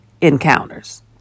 encounters